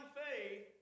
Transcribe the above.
faith